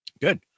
Good